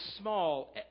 small